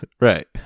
right